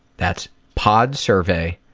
that's podsurvey.